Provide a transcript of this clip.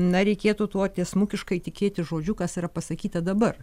na reikėtų tuo tiesmukiškai tikėti žodžiu kas yra pasakyta dabar